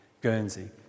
Guernsey